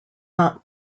not